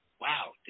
wow